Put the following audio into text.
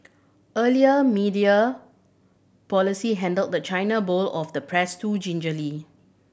earlier media policy handled the China bowl of the press too gingerly